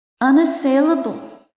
unassailable